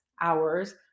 hours